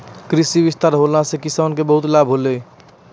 कृषि विस्तार होला से किसान के बहुते लाभ होलै